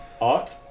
Art